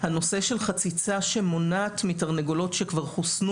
הנושא של חציצה שמונעת מתרנגולות שכבר חוסנו